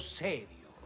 serio